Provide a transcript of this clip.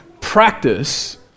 practice